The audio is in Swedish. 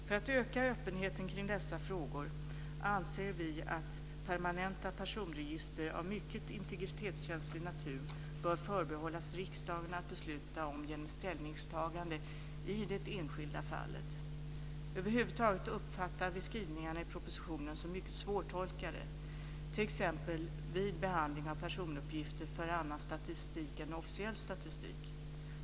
För att öka öppenheten kring dessa frågor anser vi att permanenta personregister av mycket integritetskänslig natur bör förbehållas riksdagen att besluta om genom ställningstagande i det enskilda fallet. Över huvud taget uppfattar vi skrivningarna i propositionen som mycket svårtolkade, t.ex. vid behandling av personuppgifter för annan statistik än officiell statistik.